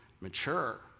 mature